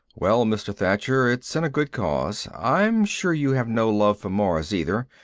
well, mr. thacher, it's in a good cause. i'm sure you have no love for mars, either.